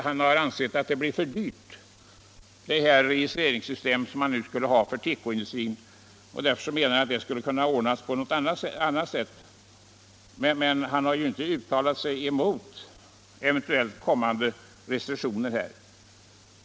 Han anser att det registreringssystem som nu föreslås för tekoindustrin skulle bli för dyrt. Han menar därför att saken skulle kunna ordnas på något annat sätt. Men han har inte uttalat sig emot eventuellt kommande restriktioner.